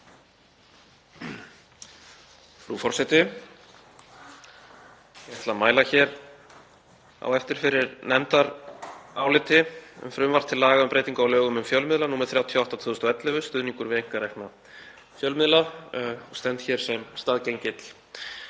Frú forseti. Ég ætla að mæla hér á eftir fyrir nefndaráliti um frumvarp til laga um breytingu á lögum um fjölmiðla, nr. 38/2011, stuðningur við einkarekna fjölmiðla. Ég stend hér sem staðgengill